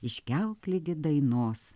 iškelk ligi dainos